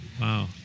wow